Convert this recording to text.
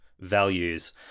values